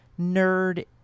nerd